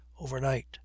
overnight